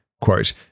quote